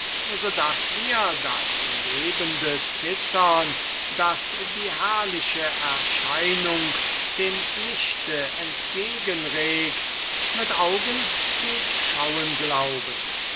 so daß wir das lebende zittern das die herrliche erscheinung dem lichte entgegenregt mit augen zu schauen glauben